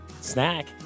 snack